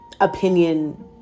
opinion